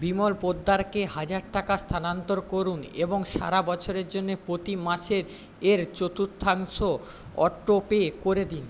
বিমল পোদ্দারকে হাজার টাকা স্থানান্তর করুন এবং সারা বছরের জন্যে প্রতি মাসের এর চতুর্থাংশ অটো পে করে দিন